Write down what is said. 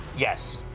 yes.